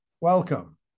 Welcome